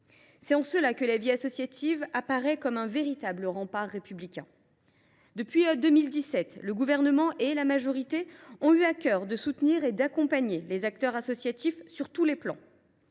En cela, la vie associative apparaît comme un véritable rempart républicain. Depuis 2017, le Gouvernement et la majorité ont eu à cœur de soutenir et d’accompagner les acteurs associatifs dans tous les domaines.